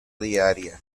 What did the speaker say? diaria